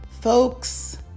Folks